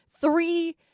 three